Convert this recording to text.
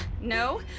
no